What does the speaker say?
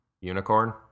Unicorn